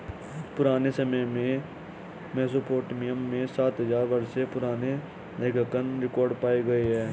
पुराने समय में मेसोपोटामिया में सात हजार वर्षों पुराने लेखांकन रिकॉर्ड पाए गए हैं